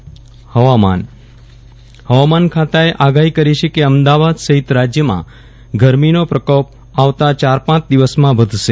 વિરલ રાણા હવામાન ખાતાએ આગાહી કરી છે કે અમદાવાદ સહિત રાજયમાં ગરમીનો પ્રકોપ આવતા ચાર પાંચ દિવસમાં વધશે